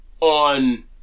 on